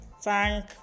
thank